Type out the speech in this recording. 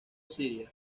siria